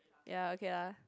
ya okay lah